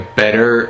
better